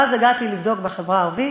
ואז הגעתי לבדוק בחברה הערבית,